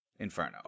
Inferno